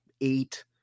eight